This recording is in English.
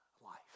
life